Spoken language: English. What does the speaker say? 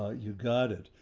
you got it,